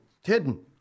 hidden